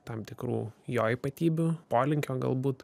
tam tikrų jo ypatybių polinkio galbūt